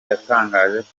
yatangaje